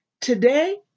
Today